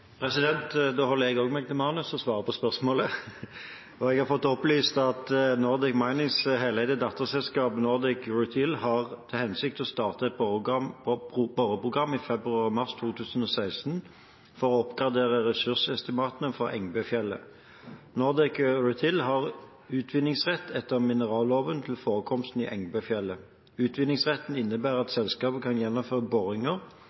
Da holder jeg meg også til manuset når jeg svarer på spørsmålet: Jeg har fått opplyst at Nordic Minings heleide datterselskap Nordic Rutile har til hensikt å starte et boreprogram i februar og mars 2016, for å oppgradere ressursestimatene for Engebøfjellet. Nordic Rutile har utvinningsrett etter mineralloven til forekomsten i Engebøfjellet. Utvinningsretten innebærer at selskapet kan gjennomføre boringer